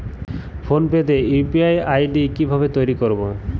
Phone pay তে UPI ID কি ভাবে তৈরি করবো?